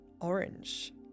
orange